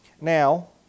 Now